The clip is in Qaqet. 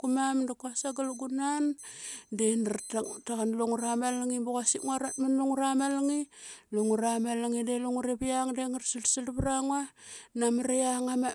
Ngnmam, da qua sangl qunan, de rtaqu lungra ma lngi de lungre viang de drassrl vrangua namriang ama